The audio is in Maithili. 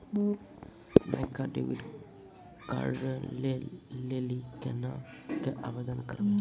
नयका डेबिट कार्डो लै लेली केना के आवेदन करबै?